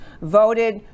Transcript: voted